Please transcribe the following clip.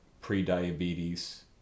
pre-diabetes